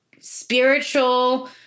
spiritual